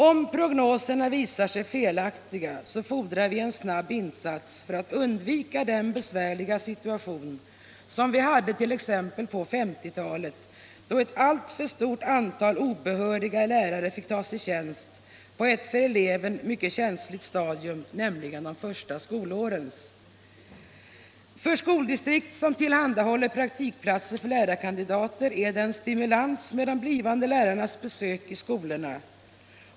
Om prognoserna visar sig felaktiga fordrar vi en snabb insats för att man skall kunna undvika den besvärliga situation som vi hade t.ex. under 1950-talet, då ett alltför stort antal obehöriga lärare fick tas i tjänst på ett för eleven mycket känsligt stadium, nämligen de första skolårens. För skoldistrikt som tillhandahåller praktikplatser för lärarkandidater är det en stimulans med de blivande lärarnas besök i skolorna.